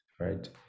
Right